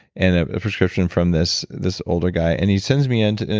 and ah a prescription from this this older guy. and he sends me into.